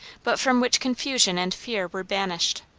but from which confusion and fear were banished.